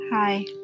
Hi